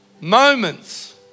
Moments